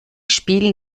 spielen